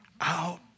out